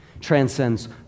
transcends